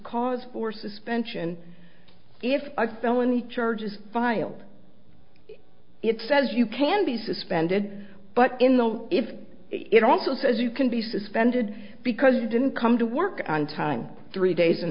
cause for suspension if a felony charges filed it says you can be suspended but in the if it also says you can be suspended because you didn't come to work on time three days in